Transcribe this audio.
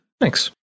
thanks